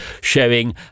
showing